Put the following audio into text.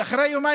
ואחרי יומיים,